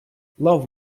love